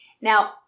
Now